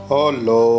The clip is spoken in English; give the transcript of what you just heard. Hello